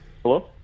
Hello